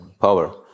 power